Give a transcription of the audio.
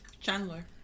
Chandler